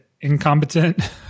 incompetent